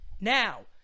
Now